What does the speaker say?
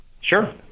Sure